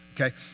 Okay